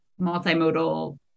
multimodal